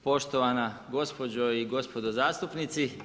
Poštovana gospođe i gospodo zastupnici.